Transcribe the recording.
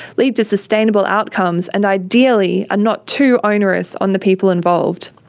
lead to sustainable outcomes, and ideally are not too onerous on the people involved.